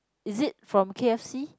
is it from k_f_c